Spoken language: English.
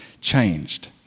changed